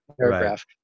paragraph